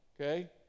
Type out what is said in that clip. Okay